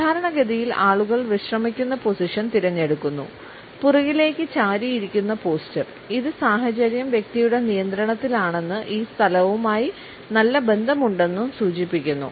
സാധാരണഗതിയിൽ ആളുകൾ വിശ്രമിക്കുന്ന പൊസിഷൻ തിരഞ്ഞെടുക്കുന്നു പുറകിലേക്കു ചാരിയിരിക്കുന്ന പോസ്ചർ ഇത് സാഹചര്യം വ്യക്തിയുടെ നിയന്ത്രണത്തിലാണെന്ന് ഈ സ്ഥലവുമായി നല്ല ബന്ധമുണ്ടെന്നും സൂചിപ്പിക്കുന്നു